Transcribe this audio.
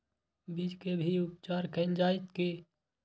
बीज के भी उपचार कैल जाय की?